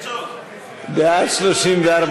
ההסתייגות של חבר הכנסת יצחק הרצוג לסעיף 15 לא נתקבלה.